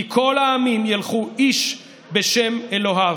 כי כל העמים ילכו איש בשם אלהיו".